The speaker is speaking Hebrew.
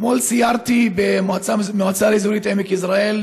אתמול סיירתי במועצה אזורית עמק יזרעאל,